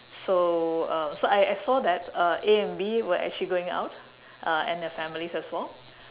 so uh so I I saw that uh A and B were actually going out uh and their families as well